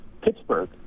Pittsburgh